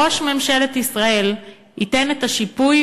ראש ממשלת ישראל ייתן את השיפוי,